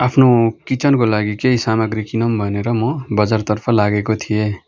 आफ्नो किचनको लागि केही सामाग्री किनौँ भनेर म बजारतर्फ लागेको थिएँ